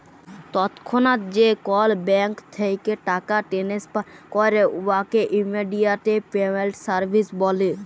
তৎক্ষণাৎ যে কল ব্যাংক থ্যাইকে টাকা টেনেসফার ক্যরে উয়াকে ইমেডিয়াতে পেমেল্ট সার্ভিস ব্যলে